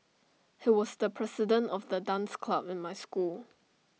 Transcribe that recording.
he was the president of the dance club in my school